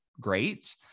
Great